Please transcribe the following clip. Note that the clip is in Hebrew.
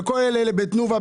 בתנובה,